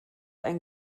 ein